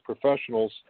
professionals